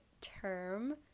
term